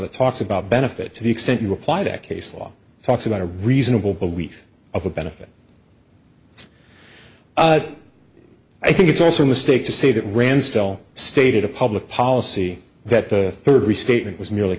that talks about benefit to the extent you apply that case law talks about a reasonable belief of a benefit i think it's also a mistake to say that rand still stated a public policy that the third restatement was merely